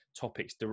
topics